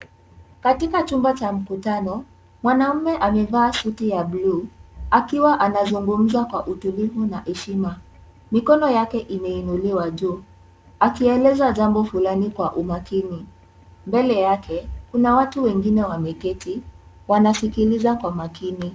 Katika chumba cha mkutano, mwanaume amevaa suti ya bluu, akiwa anazungumza kwa utulivu na heshima. Mikono yake imeinuliwa juu, akieleza jambo fulani kwa umakini. Mbele yake kuna watu wengine wameketi, wanasikiliza kwa makini.